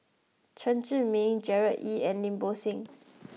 Chen Zhiming Gerard Ee and Lim Bo Seng